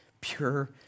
pure